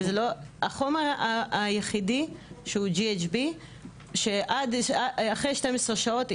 החומר היחידה שהוא GHB אחרי 12 שעות,